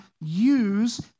use